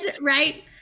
right